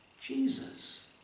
Jesus